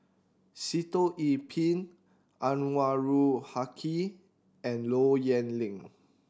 Sitoh Yih Pin Anwarul Haque and Low Yen Ling